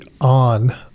on